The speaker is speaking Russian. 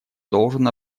должен